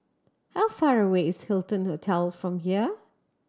how far away is Hilton Hotel from here